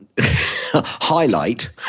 Highlight